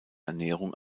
ernährung